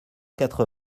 quatre